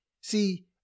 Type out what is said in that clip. See